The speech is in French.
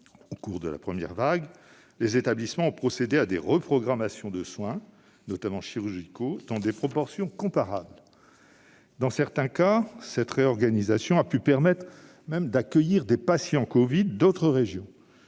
au cours de la première vague, les établissements ont procédé à des reprogrammations de soins, notamment chirurgicaux, dans des proportions comparables. Dans certains cas, cette réorganisation a même pu permettre d'accueillir des patients covid venant d'autres régions.